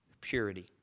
purity